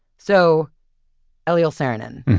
so eliel saarinen,